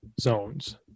zones